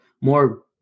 more